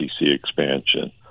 expansion